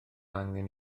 angen